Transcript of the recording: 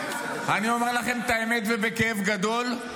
אני אומר לכם את האמת ובכאב גדול: